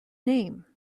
name